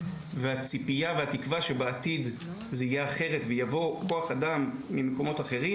הציפייה והתקווה שבעתיד זה יהיה אחרת ויבוא כוח אדם ממקומות אחרים,